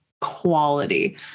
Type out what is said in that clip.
quality